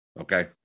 Okay